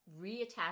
reattach